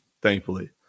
thankfully